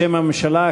בשם הממשלה,